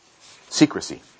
Secrecy